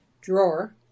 drawer